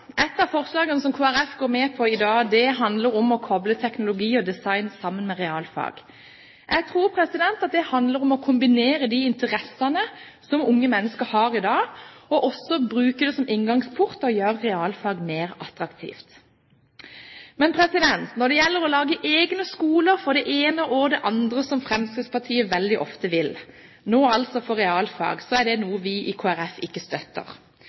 Et av forslagene som Kristelig Folkeparti går inn for i dag, handler om å koble teknologi og design med realfag. Jeg tror det handler om å kombinere de interessene som unge mennesker har i dag, og også bruke det som inngangsport for å gjøre realfag mer attraktivt. Når det gjelder å lage egne skoler for det ene og det andre, som Fremskrittspartiet veldig ofte vil – nå altså for realfag – er det noe vi i Kristelig Folkeparti ikke støtter.